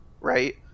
right